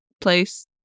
place